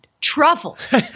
truffles